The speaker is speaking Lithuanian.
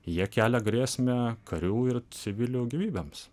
jie kelia grėsmę karių ir civilių gyvybėms